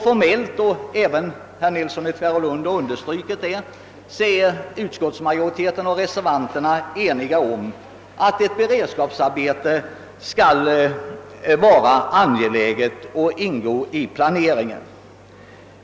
Formellt är — och även herr Nilsson i Tvärålund har understrukit detta — utskottsmajoriteten och reservanterna eniga om att ett beredskapsarbete skall vara angeläget och ingå i planeringen.